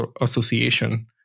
association